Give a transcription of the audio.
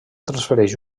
transfereix